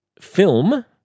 film